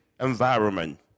environment